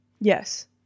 yes